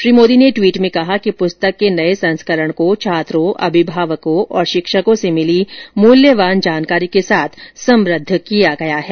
श्री मोदी ने ट्वीट में कहा कि पुस्तक के नए संस्करण को छात्रों अभिभावकों और शिक्षकों से मिली मूल्यवान जानकारी के साथ समृद्ध किया गया है